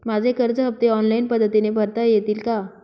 माझे कर्ज हफ्ते ऑनलाईन पद्धतीने भरता येतील का?